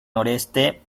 noreste